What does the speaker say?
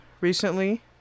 recently